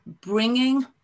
bringing